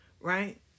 Right